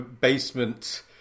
basement